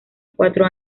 cuatro